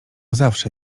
zawsze